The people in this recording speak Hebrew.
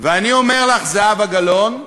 ואני אומר לך, זהבה גלאון,